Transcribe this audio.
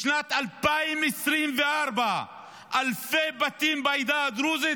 בשנת 2024 אלפי בתים בעדה הדרוזית